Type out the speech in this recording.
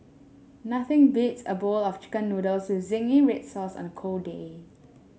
nothing beats a bowl of chicken noodles with zingy red sauce on a cold day